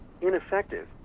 ineffective